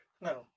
No